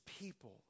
people